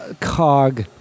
Cog